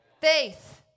Faith